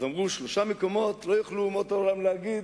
אז אמרו: שלושה מקומות לא יוכלו אומות העולם להגיד"